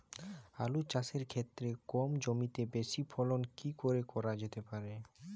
আলু চাষের ক্ষেত্রে কম জমিতে বেশি ফলন কি করে করা যেতে পারে?